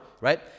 right